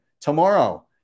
tomorrow